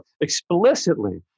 explicitly